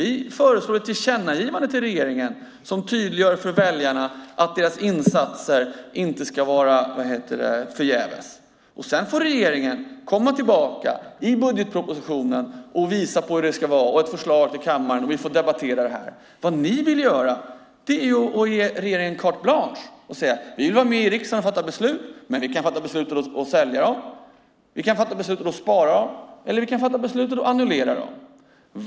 Vi föreslår ett tillkännagivande till regeringen som tydliggör för väljarna att deras insatser inte ska vara förgäves. Sedan får regeringen komma tillbaka i budgetpropositionen och i sitt förslag till kammaren visa hur det ska vara, och vi får debattera det här. Vad ni vill göra är att ge regeringen carte blanche och säga: Vi vill vara med i riksdagen och fatta beslut. Men vi kan besluta om att sälja dem, att spara dem eller att annullera dem.